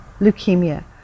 leukemia